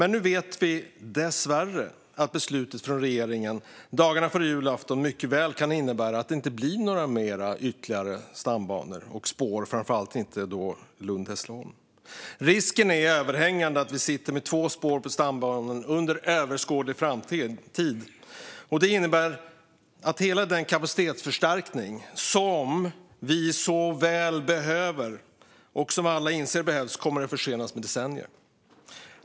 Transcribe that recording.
Nu vet vi dessvärre att beslutet från regeringen dagarna före julafton mycket väl kan innebära att det inte blir några ytterligare stambanor och spår, framför allt inte mellan Lund och Hässleholm. Risken är överhängande att vi blir sittande med två spår på stambanan under överskådlig framtid. Det innebär att hela den kapacitetsförstärkning som vi så väl behöver och som alla inser behövs kommer att försenas med decennier.